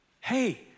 hey